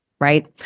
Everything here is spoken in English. right